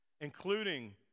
including